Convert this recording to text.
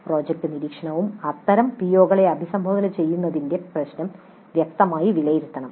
project നിരീക്ഷണവും അത്തരം പിഒകളെ അഭിസംബോധന ചെയ്യുന്നതിന്റെ പ്രശ്നം വ്യക്തമായി വിലയിരുത്തണം